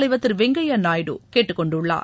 தலைவர் திரு வெங்கையா நாயுடு கேட்டுக்கொண்டுள்ளார்